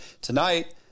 tonight